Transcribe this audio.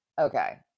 Okay